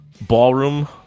ballroom